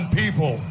people